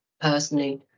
personally